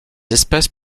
espèces